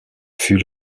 fut